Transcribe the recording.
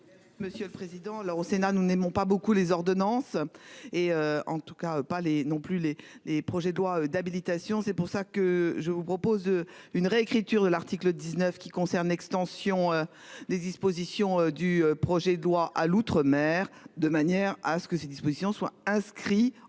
Monsieur le président, là au Sénat nous n'aimons pas beaucoup les ordonnances et en tout cas pas les non plus les les projets de loi d'habilitation. C'est pour ça que je vous propose. Une réécriture de l'article 19 qui concerne l'extension des dispositions du projet de loi à l'Outre- mer de manière à ce que ces dispositions soient inscrits en dur